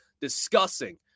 discussing